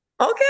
okay